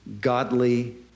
godly